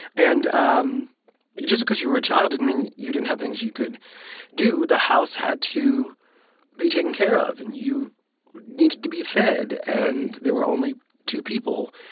and um just because you were a child didn't mean you didn't have things you could do. the house had to be taken care of, and you needed to be fed. and there were only two people.